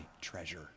treasure